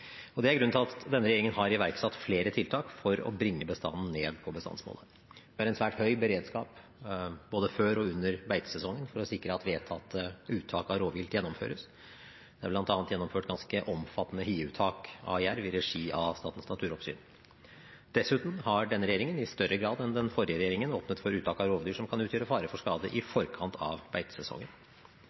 Det er grunnen til at denne regjeringen har iverksatt flere tiltak for å bringe bestanden ned på bestandsmålet. Vi har en svært høy beredskap både før og under beitesesongen for å sikre at vedtatte uttak av rovvilt gjennomføres. Det er bl.a. gjennomført ganske omfattende hiuttak av jerv i regi av Statens naturoppsyn. Dessuten har denne regjeringen, i større grad enn den forrige regjeringen, åpnet for uttak av rovdyr som kan utgjøre fare for skade i forkant av beitesesongen.